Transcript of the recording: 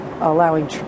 allowing